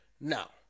Now